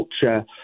culture